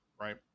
right